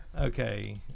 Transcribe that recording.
Okay